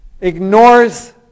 ignores